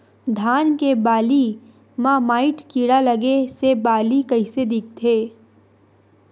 धान के बालि म माईट कीड़ा लगे से बालि कइसे दिखथे?